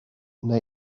neu